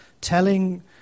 telling